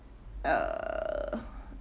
uh